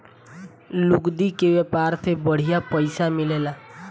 लुगदी के व्यापार से बड़ी पइसा मिलेला